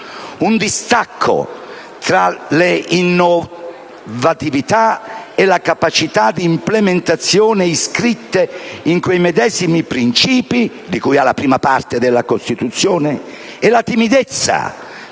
un distacco, tra le innovatività e la capacità di implementazione inscritte in quei medesimi principi (di cui alla parte I della Costituzione) e la timidezza